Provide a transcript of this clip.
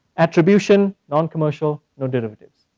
attribution, non-commercial, no derivatives.